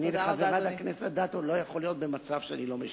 אני עם חברת הכנסת אדטו לא יכול להיות במצב שאני לא משיב.